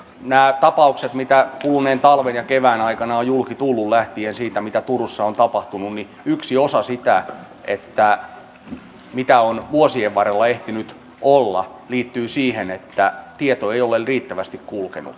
näissä tapauksissa mitä kuluneen talven ja kevään aikana on julki tullut lähtien siitä mitä turussa on tapahtunut yksi osa sitä mitä on vuosien varrella ehtinyt olla liittyy siihen että tieto ei ole riittävästi kulkenut